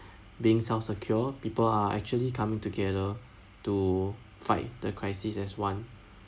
being self secure people are actually coming together to fight the crisis as one